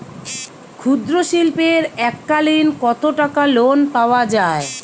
ক্ষুদ্রশিল্পের এককালিন কতটাকা লোন পাওয়া য়ায়?